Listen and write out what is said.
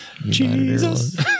Jesus